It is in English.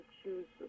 choose